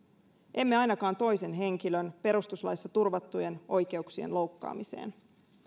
emme ainakaan toisen henkilön perustuslaissa turvattujen oikeuksien loukkaamiseen